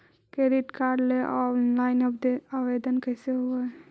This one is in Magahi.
क्रेडिट कार्ड ल औनलाइन आवेदन कैसे होब है?